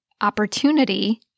opportunity